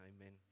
Amen